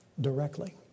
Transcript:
directly